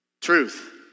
truth